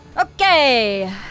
Okay